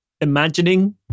Imagining